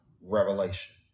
Revelation